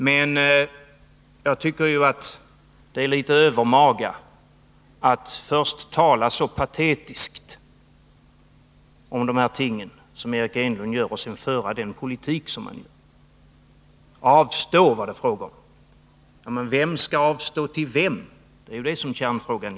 Men jag tycker att det är litet övermaga att som Eric Enlund först tala så patetiskt om de här tingen och sedan föra den politik som han gör. ”Avstå” var det fråga om. Men vem skall avstå till vem? Det är ju kärnfrågan.